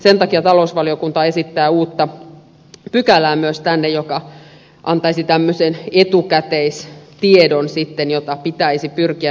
sen takia talousvaliokunta esittää tänne myös uutta pykälää joka antaisi tämmöisen etukäteistiedon jota pitäisi pyrkiä noudattamaan